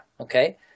okay